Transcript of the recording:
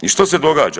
I što se događa?